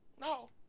no